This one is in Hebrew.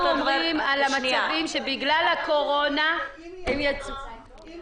אנחנו מדברים על מצבים שבגלל הקורונה הם יצאו --- אם